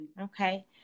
Okay